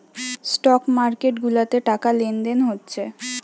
stock market গুলাতে টাকা লেনদেন হচ্ছে